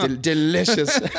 Delicious